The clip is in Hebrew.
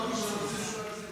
אפשר למנות את הקולות.